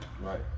Right